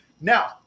Now